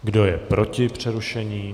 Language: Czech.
Kdo je proti přerušení?